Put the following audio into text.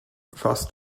warst